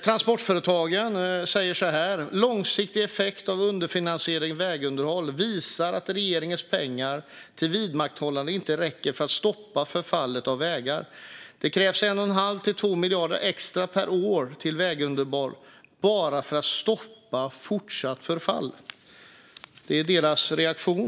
Transportföretagen säger så här: Långsiktig effekt av underfinansiering i vägunderhåll visar att regeringens pengar till vidmakthållande inte räcker för att stoppa förfallet av vägar. Det krävs 1 1⁄2-2 miljarder extra per år till vägunderhåll bara för att stoppa fortsatt förfall. Det är deras reaktion.